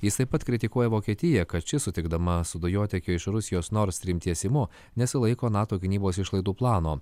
jis taip pat kritikuoja vokietiją kad ši sutikdama su dujotiekio iš rusijos nordstream tiesimu nesilaiko nato gynybos išlaidų plano